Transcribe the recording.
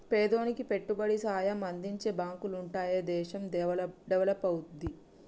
పేదోనికి పెట్టుబడి సాయం అందించే బాంకులుంటనే దేశం డెవలపవుద్ది